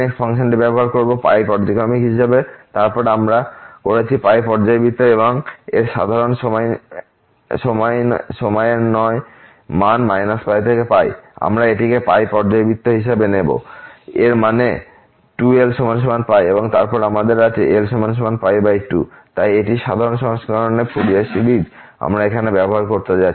ফাংশনটি ব্যবহার করব পর্যায়ক্রমিক হিসেবে এবং তারপর আমরা করেছি পর্যাবৃত্ত এর জন্য সাধারণ সময়ের নয় মান - আমরা এটিকে পর্যাবৃত্ত হিসেবে নেবো এর মানে 2lπ এবং তারপর আমাদের আছে l2 তাই এটি সাধারণ সংস্করণে ফুরিয়ার সিরিজ আমরা এখন ব্যবহার করতে যাচ্ছি